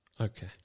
Okay